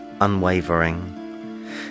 unwavering